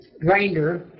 grinder